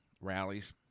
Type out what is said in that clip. rallies